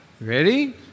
Ready